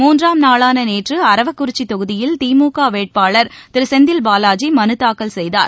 மூன்றாம் நாளான நேற்று அரவக்குறிச்சி தொகுதியில் திமுக வேட்பாளர் திரு செந்தில்பாலாஜி மனு தாக்கல் செய்தார்